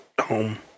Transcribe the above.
home